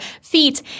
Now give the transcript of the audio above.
feet